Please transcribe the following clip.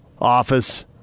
Office